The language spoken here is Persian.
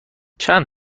چند